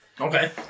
Okay